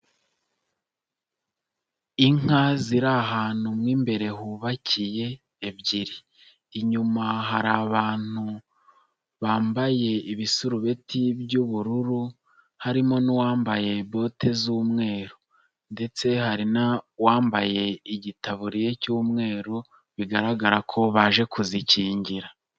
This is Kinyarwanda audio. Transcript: Inka ziri ahantu mo imbere hubakiye ebyiri. Inyuma hari abantu bambaye ibisurubeti by'ubururu, harimo n'uwambaye bote z'umweru ndetse hari n'uwambaye igitaburiye cy'umweru, bigaragara ko baje kuzikingira.